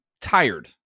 tired